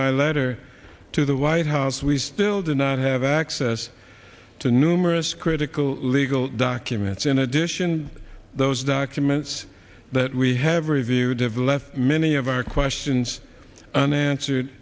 my letter to the white house we still do not have access to numerous critical legal documents in addition those documents that we have reviewed have left many of our questions unanswered